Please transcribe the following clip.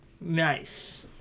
Nice